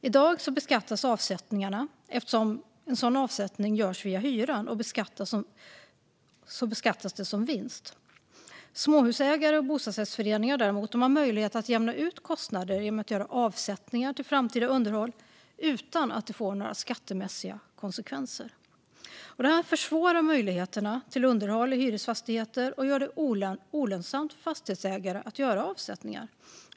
I dag görs en sådan avsättning via hyran och beskattas som vinst. Småhusägare och bostadsrättsföreningar har däremot möjlighet att jämna ut kostnaden genom att göra avsättningar till framtida underhåll utan att det får några skattemässiga konsekvenser. Detta försvårar möjligheterna till underhåll i hyresfastigheter och gör det olönsamt för fastighetsägare att göra avsättningar.